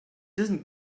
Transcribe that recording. doesn’t